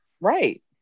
Right